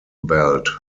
belt